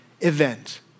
event